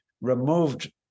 removed